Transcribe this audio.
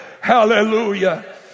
Hallelujah